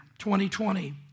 2020